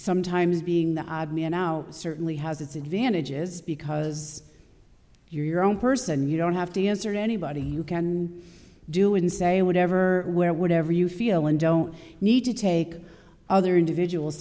sometimes being the odd man out certainly has its advantages because you're your own person you don't have to answer to anybody you can and do and say whatever where whatever you feel and don't need to take other individuals